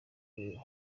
kureba